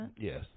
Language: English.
Yes